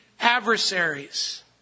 adversaries